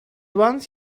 once